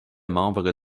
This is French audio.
membre